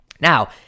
Now